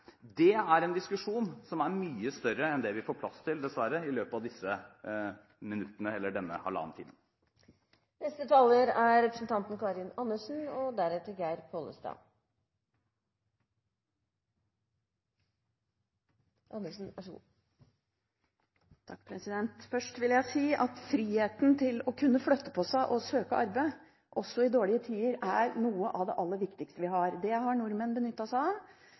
vi dessverre får plass til i løpet av disse minuttene, eller denne halvannen time. Først vil jeg si at friheten til å kunne flytte på seg og søke arbeid, også i dårlige tider, er noe av det aller viktigste vi har. Det har nordmenn benyttet seg av,